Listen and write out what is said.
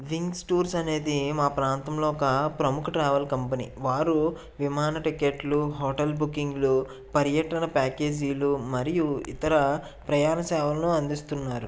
wings Tours అనేది మా ప్రాంతంలో ఒక ప్రముఖ ట్రావెల్ కంపెనీ వారు విమానా టికెట్లు హోటల్ బుకింగ్లు పర్యాటన ప్యాకేజీలు మరియు ఇతర ప్రయాణ సేవలను అందిస్తున్నారు